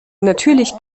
natürlich